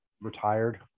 retired